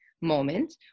moment